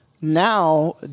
now